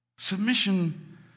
Submission